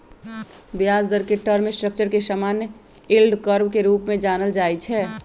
ब्याज दर के टर्म स्ट्रक्चर के समान्य यील्ड कर्व के रूपे जानल जाइ छै